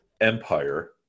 empire